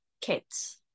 kids